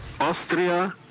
Austria